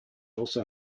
also